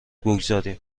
بگذاریم